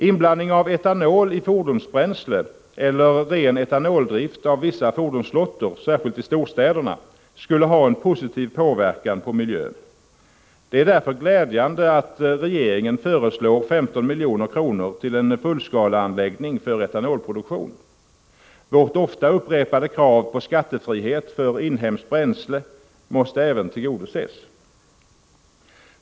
Inblandning av etanol i fordonsbränsle eller ren etanoldrift av vissa fordonsflottor — särskilt i storstäderna — skulle ha en positiv påverkan på miljön. Det är därför glädjande att regeringen föreslår 15 milj.kr. till en fullskaleanläggning för etanolproduktion. Vårt ofta upprepade krav på skattefrihet för inhemskt bränsle måste även tillgodoses.